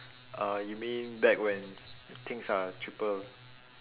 uh you mean back when things are cheaper